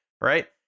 right